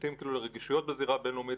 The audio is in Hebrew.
היבטים לרגישויות בזירה הבין-לאומית.